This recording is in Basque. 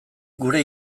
gure